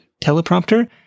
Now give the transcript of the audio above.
Teleprompter